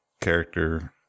character